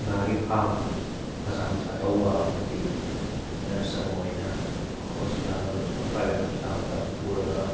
ꯉꯥꯒꯤ ꯐꯥꯝ ꯃꯆꯥ ꯃꯆꯥ ꯇꯧꯕ ꯑꯃꯗꯤ ꯅꯔꯁ ꯑꯃ ꯑꯣꯏꯅ ꯍꯣꯁꯄꯤꯇꯥꯜ ꯄ꯭ꯔꯥꯏꯚꯦꯠ ꯍꯣꯁꯄꯤꯇꯥꯜꯗ ꯄꯨꯔꯒ